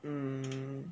mm